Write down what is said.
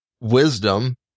wisdom